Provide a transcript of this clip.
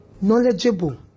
knowledgeable